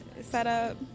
setup